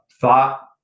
thought